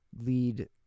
lead